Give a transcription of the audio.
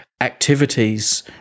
activities